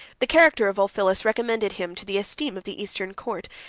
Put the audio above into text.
the character of ulphilas recommended him to the esteem of the eastern court,